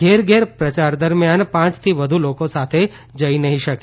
ઘેર ઘેર પ્રયાર દરમિયાન પાંચથી વધુ લોકો સાથે નહી જઇ શકે